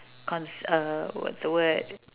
cons~ uh what's the word